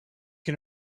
can